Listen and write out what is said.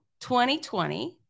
2020